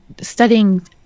studying